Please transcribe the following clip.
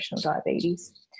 diabetes